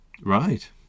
Right